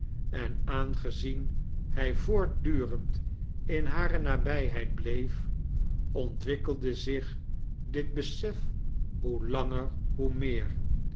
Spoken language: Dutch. en aangezien hij voortdurend in hare nabijheid bieef ontwikkelde zich dit besef hoe langer hoe meer